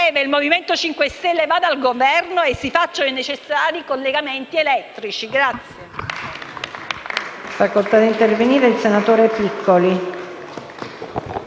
il Movimento 5 Stelle vada al Governo e si facciano i necessari collegamenti elettrici.